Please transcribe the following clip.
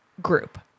Group